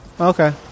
Okay